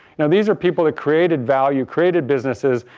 now these are people that created value, created businesses.